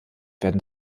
werden